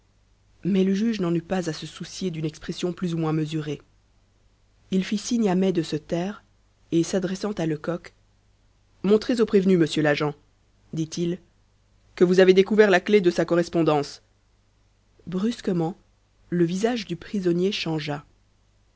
mais le juge n'en était pas à se soucier d'une expression plus ou moins mesurée il fit signe à mai de se taire et s'adressant à lecoq montrez au prévenu monsieur l'agent dit-il que vous avez découvert la clé de sa correspondance brusquement le visage du prisonnier changea